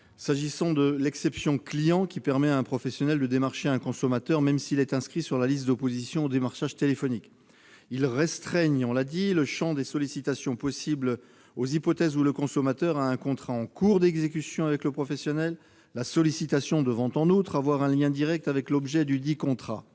s'agissant de « l'exception client », laquelle permet à un professionnel de démarcher un consommateur même s'il est inscrit sur la liste d'opposition au démarchage téléphonique. Ces amendements visent à restreindre le champ des sollicitations possibles aux hypothèses où le consommateur a un contrat en cours d'exécution avec le professionnel, la sollicitation devant avoir un lien direct avec l'objet dudit contrat.